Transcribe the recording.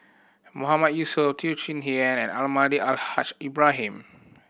Mahmood Yusof Teo Chee Hean and Almahdi Al Haj Ibrahim